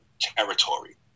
territory